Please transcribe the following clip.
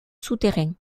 souterrains